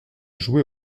joué